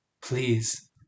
please